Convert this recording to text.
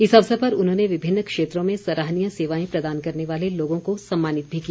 इस अवसर पर उन्होंने विभिन्न क्षेत्रों में सराहनीय सेवाएं प्रदान करने वाले लोगों को सम्मानित भी किया